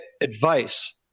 advice